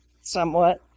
somewhat